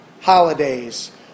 holidays